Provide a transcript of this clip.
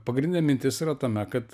pagrindinė mintis yra tame kad